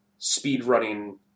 speedrunning